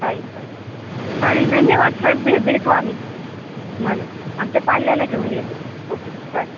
चालेल चालेल चालेल धन्यवाद सर भे भेटू आम्ही तुम्हाला आमच्या पाल्याला घेऊन येतो ओके चालेल